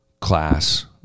class